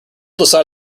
decided